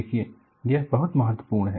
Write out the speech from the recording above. देखिए यह बहुत महत्वपूर्ण है